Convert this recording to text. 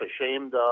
ashamed